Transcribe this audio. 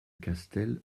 castel